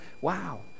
Wow